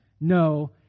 no